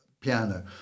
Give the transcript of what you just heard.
piano